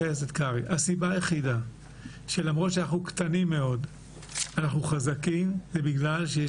הסיבה היחידה שלמרות שאנחנו קטנים מאוד אנחנו חזקים היא בגלל שיש